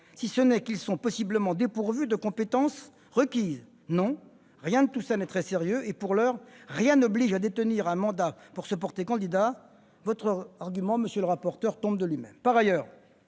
si ce n'est qu'ils sont possiblement dépourvus des compétences requises ? Non, rien de tout cela n'est très sérieux et, pour l'heure, rien n'oblige à détenir un mandat pour se porter candidat. Votre argument, monsieur le rapporteur, tombe de lui-même.